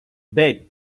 bed